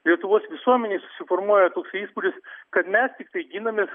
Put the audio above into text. lietuvos visuomenei susiformuoja toksai įspūdis kad mes tiktai ginamės